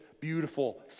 beautiful